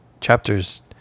chapters